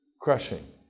crushing